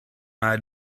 eyed